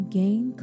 gain